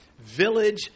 village